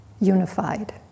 unified